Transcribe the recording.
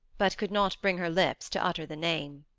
but could not bring her lips to utter the name.